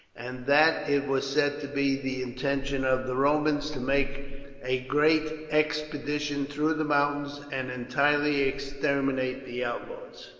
and that it was said to be the intention of the romans to make a great expedition through the mountains and entirely exterminate the outlaws.